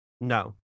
No